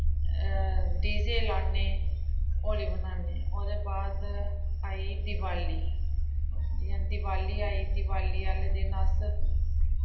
DJ लाने होली बनाने ओह्दे बाद आई देआली जि'यां दिवाली आई देआली आह्ले दिन अस